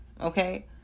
Okay